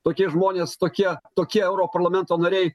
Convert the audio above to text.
tokie žmonės tokie tokie europarlamento nariai